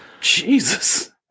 Jesus